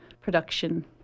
Production